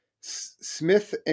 Smith